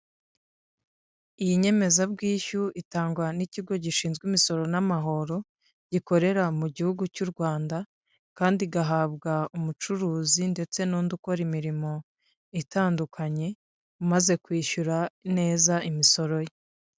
Iyi nyemezabwishyu itangwa n'ikigo gishinzwe imisoro n'amahoro gikorera mu gihugu cy'u Rwanda kandi igahabwa umucuruzi ndetse n'undi ukora imirimo itandukanye, umaze kwishyura neza imisoro ye.